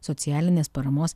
socialinės paramos